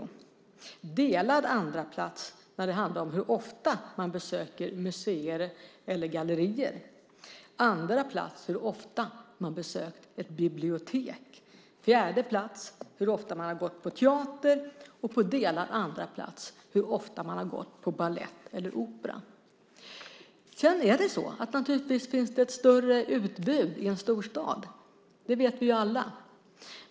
Vi kommer på delad andraplats när det handlar om hur ofta man besöker museer eller gallerier och hur ofta man besökt ett bibliotek, på fjärde plats när det gäller hur ofta man har gått på teater och på delad andraplats när det gäller hur ofta man har gått på balett eller opera. Naturligtvis finns det ett större utbud i en storstad. Det vet vi alla.